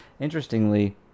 interestingly